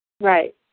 Right